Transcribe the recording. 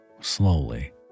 slowly